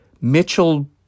Mitchell